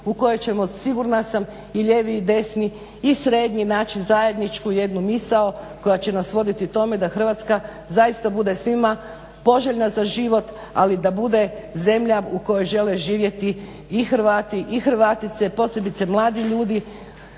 u kojoj ćemo sigurna sam i lijevi i desni i srednji naći zajedničku jednu misao koja će nas voditi tome da Hrvatska zaista bude svima poželjna za život ali da bude zemlja u kojoj žele živjeti i Hrvati i Hrvatice posebice mladi ljudi